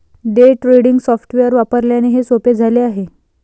day trading software वापरल्याने हे सोपे झाले आहे